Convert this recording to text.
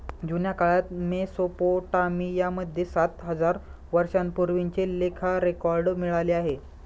जुन्या काळात मेसोपोटामिया मध्ये सात हजार वर्षांपूर्वीचे लेखा रेकॉर्ड मिळाले आहे